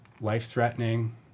life-threatening